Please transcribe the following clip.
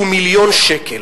הוא מיליון שקל.